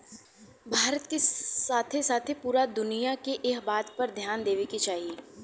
भारत के साथे साथे पूरा दुनिया के एह बात पर ध्यान देवे के चाही